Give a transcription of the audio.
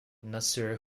nasir